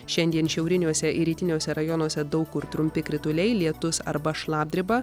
šiandien šiauriniuose ir rytiniuose rajonuose daug kur trumpi krituliai lietus arba šlapdriba